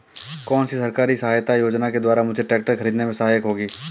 कौनसी सरकारी सहायता योजना के द्वारा मुझे ट्रैक्टर खरीदने में सहायक होगी?